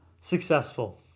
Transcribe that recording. successful